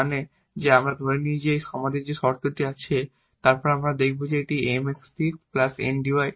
মানে হল যে আমরা ধরে নিই যে আমাদের এই শর্ত আছে এবং তারপর আমরা দেখাব যে এই 𝑀𝑑𝑥 𝑁𝑑𝑦 এক্সাট